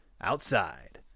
Outside